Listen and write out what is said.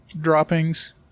droppings